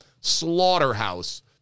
slaughterhouse